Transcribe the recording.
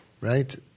right